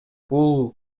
бул